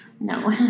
No